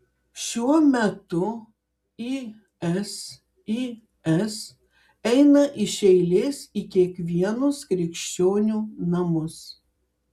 šiuo metu isis eina iš eilės į kiekvienus krikščionių namus